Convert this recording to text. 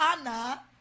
Anna